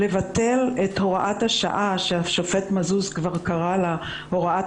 לבטל את הוראת השעה שהשופט מזוז כבר קרא לה "הוראת